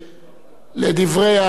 ירצה שנצביע, אנחנו נצביע.